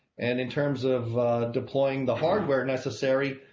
and in terms of deploying the hardware necessary,